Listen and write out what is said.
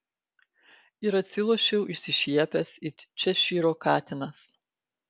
ir atsilošiau išsišiepęs it češyro katinas